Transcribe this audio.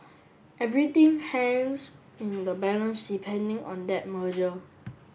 everything hangs in the balance depending on that merger